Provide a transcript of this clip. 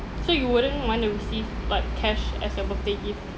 so you wouldn't want to receive like cash as a birthday gift